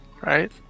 right